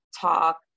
talk